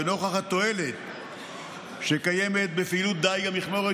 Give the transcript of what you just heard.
ונוכח התועלת שקיימת בפעילות דיג המכמורת